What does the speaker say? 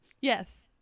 Yes